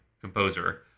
composer